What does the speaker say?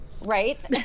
Right